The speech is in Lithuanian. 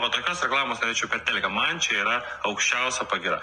va tokios reklamos norėčiau per teliką man čia yra aukščiausia pagyra